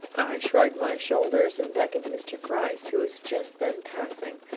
shrugged my shoulders and beckoned to mr. gryce who was just then passing.